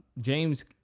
James